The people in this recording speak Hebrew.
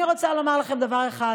אני רוצה לומר לכם דבר אחד,